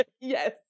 Yes